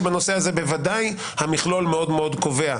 שבנושא הזה בוודאי המכלול מאוד מאוד קובע,